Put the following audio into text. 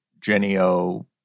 Genio